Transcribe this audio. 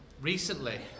recently